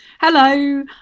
Hello